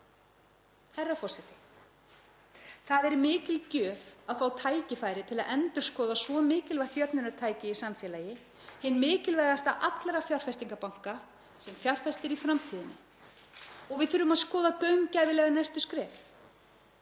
Herra forseti. Það er mikil gjöf að fá tækifæri til að endurskoða svo mikilvægt jöfnunartæki í samfélagi, hinn mikilvægasta allra fjárfestingarbanka sem fjárfestir í framtíðinni, og við þurfum að skoða gaumgæfilega næstu skref.